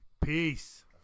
Peace